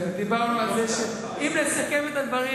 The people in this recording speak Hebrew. אם לסכם את הדברים,